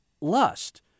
lust